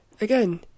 again